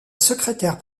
secrétaire